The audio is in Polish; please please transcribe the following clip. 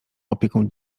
opieką